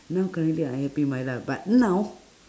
now currently I happy with my life but now